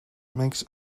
makes